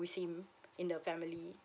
with him in the family